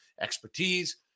expertise